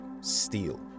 steal